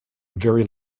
very